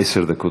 עשר דקות.